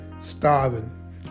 starving